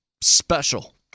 special